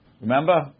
Remember